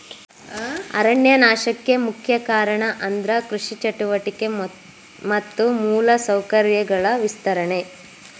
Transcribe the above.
ಅರಣ್ಯ ನಾಶಕ್ಕೆ ಮುಖ್ಯ ಕಾರಣ ಅಂದ್ರ ಕೃಷಿ ಚಟುವಟಿಕೆ ಮತ್ತ ಮೂಲ ಸೌಕರ್ಯಗಳ ವಿಸ್ತರಣೆ